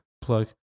Plug